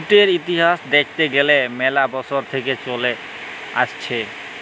জুটের ইতিহাস দ্যাখতে গ্যালে ম্যালা বসর থেক্যে চলে আসছে